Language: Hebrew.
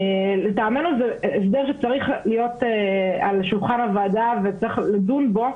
לטעמנו זה הסדר שצריך להיות על שולחן הוועדה וצריך לדון בו,